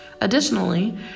Additionally